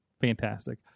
fantastic